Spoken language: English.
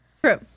True